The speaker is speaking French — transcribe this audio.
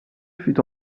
fut